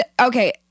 okay